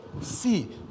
see